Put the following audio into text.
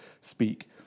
speak